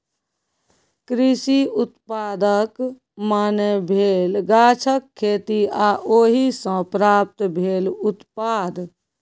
कृषि उत्पादक माने भेल गाछक खेती आ ओहि सँ प्राप्त भेल उत्पाद